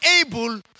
able